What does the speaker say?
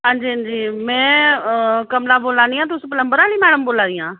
हां जी हां जी में कमला बोला नी आं तुस प्लम्बर आह्ली मैडम बोला दी आं